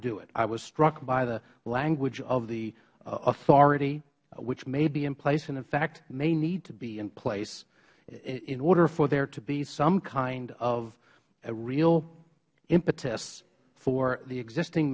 do it i was struck by the language of the authority which may be in place and in fact may need to be in place in order for there to be some kind of real impetus for the existing